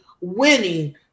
winning